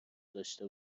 داشته